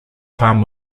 farm